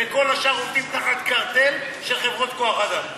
וכל השאר עובדים תחת קרטל של חברות כוח-אדם.